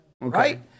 Right